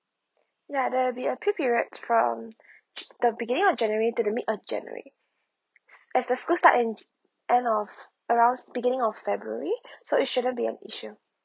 ya there will be a quick period from the beginning of january to the mid of january as the school starts in end of around beginning of february so it shouldn't be an issue